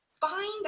find